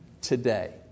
today